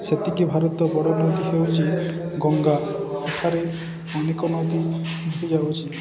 ସେତିକି ଭାରତ ବଡ଼ ନଦୀ ହେଉଛି ଗଙ୍ଗା ଏଠାରେ ଅନେକ ନଦୀ ବହି ଯାଉଛି